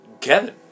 Kevin